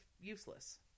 useless